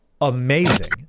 amazing